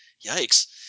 Yikes